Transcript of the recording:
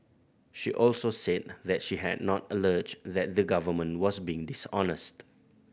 she also said that she had not alleged that the Government was being dishonest